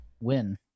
win